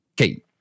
okay